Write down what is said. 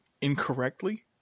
incorrectly